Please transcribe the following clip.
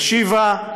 היא השיבה: